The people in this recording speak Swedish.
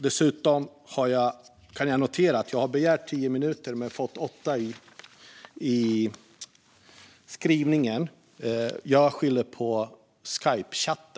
Dessutom kan jag notera att jag begärde tio minuters talartid men fick åtta - jag skyller på Skypechatten!